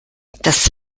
das